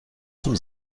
zum